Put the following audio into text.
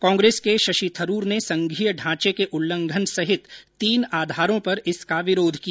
कांग्रेस के शशि थरूर ने संघीय ढांचे के उल्लंघन सहित तीन आधारों पर इसका विरोध किया